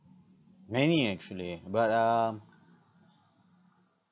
many actually but um